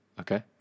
Okay